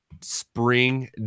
spring